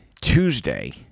Tuesday